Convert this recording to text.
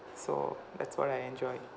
so that's what I enjoyed